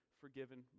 forgiven